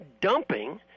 dumping